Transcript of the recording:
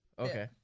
Okay